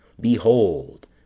Behold